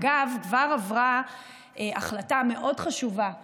אגב, כבר עברה החלטה מאוד חשובה שלנו,